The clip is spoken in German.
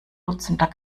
dutzender